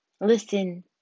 Listen